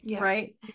right